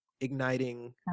igniting